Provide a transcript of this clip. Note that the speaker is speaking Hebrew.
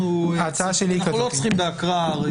אנחנו לא צריכים בהקראה.